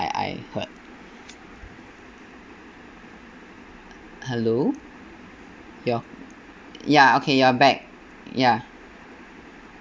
I I heard hello your ya okay you are back ya